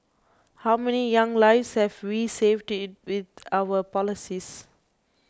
how many young lives have we saved it with our policies